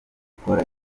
gukora